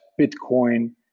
Bitcoin